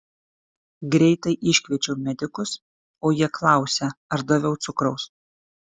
greitai iškviečiau medikus o jie klausia ar daviau cukraus